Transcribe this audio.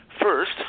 First